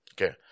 Okay